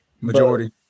Majority